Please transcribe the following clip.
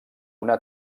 una